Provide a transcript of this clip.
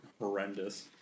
horrendous